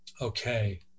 Okay